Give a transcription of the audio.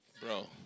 Bro